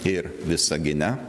ir visagine